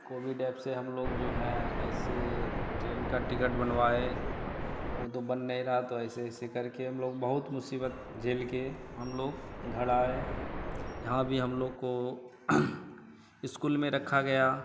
Covid app से हम लोग जो है ऐसे ट्रेन का टिकट बनवाए वह तो बन नहीं रही तो ऐसे ऐसे करके हम लोग बहुत मुसीबत झेलकर हम लोग घर आए यहाँ भी हम लोग को इस्कुल में रखा गया